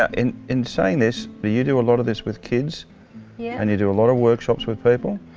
ah in in saying this, but you do a lot of this with kids yep. yeah and you do a lot of workshops with people.